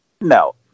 No